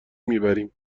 میبریم